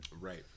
Right